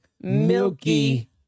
milky